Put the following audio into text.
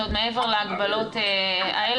זה עוד מעבר להגבלות האלה,